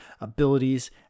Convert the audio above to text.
abilities